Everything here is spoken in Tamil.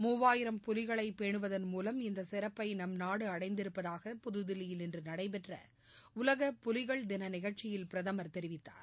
மூவாயிரம் புலிகளைபேனுவதன் மூவம் இந்தசிறப்பைநம் நாடுஅடைந்திருப்பதாக புதுதில்லியில் இன்றுநடைபெற்றஉலக புலிகள் தினநிகழ்ச்சியில் பிரதமர் தெரிவித்தார்